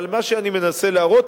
אבל מה שאני מנסה להראות,